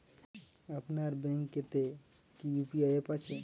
আপনার ব্যাঙ্ক এ তে কি ইউ.পি.আই অ্যাপ আছে?